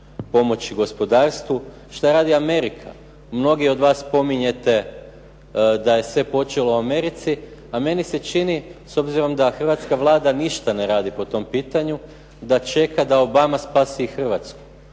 pomoći gospodarstvu. Šta radi Amerika? Mnogi od vas spominjete da je sve počelo u Americi, a meni se čini s obzirom da hrvatska Vlada ništa ne radi po tom pitanju, da čeka da Obama spasi i Hrvatsku.